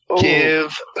give